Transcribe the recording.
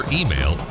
email